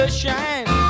shine